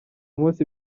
munsi